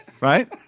Right